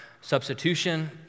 substitution